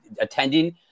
attending